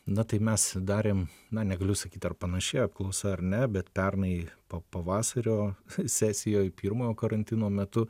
na tai mes darėm na negaliu sakyt ar panaši apklausa ar ne bet pernai pavasario sesijoj pirmojo karantino metu